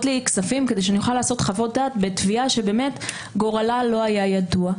לי כספים כדי שאני אוכל לעשות חוות דעת בתביעה שגורלה לא היה ידוע.